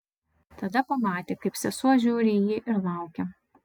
tada pamatė kaip sesuo žiūri į jį ir laukia